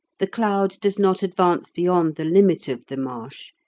the cloud does not advance beyond the limit of the marsh,